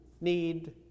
need